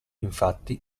infatti